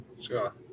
sure